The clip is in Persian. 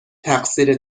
تقصیر